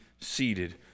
seated